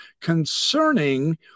concerning